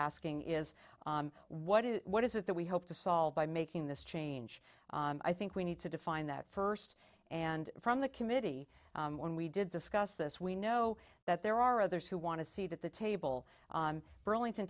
asking is what is what is it that we hope to solve by making this change i think we need to define that first and from the committee when we did discuss this we know that there are others who want to see that the table burlington